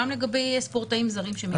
בחוץ לארץ וגם לגבי ספורטאים זרים שמגיעים לכאן.